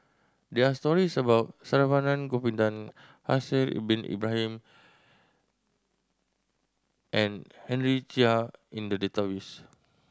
there are stories about Saravanan Gopinathan Haslir Bin Ibrahim and Henry Chia in the database